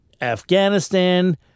Afghanistan